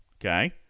okay